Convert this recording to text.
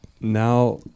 now